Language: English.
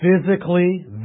physically